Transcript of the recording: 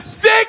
sick